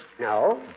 No